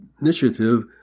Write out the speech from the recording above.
initiative